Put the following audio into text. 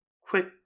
quick